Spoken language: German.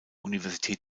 universität